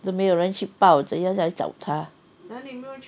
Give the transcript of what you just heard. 都没有人去报怎样来找他